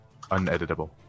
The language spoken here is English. Uneditable